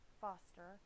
Foster